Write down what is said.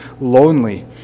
lonely